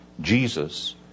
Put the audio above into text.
Jesus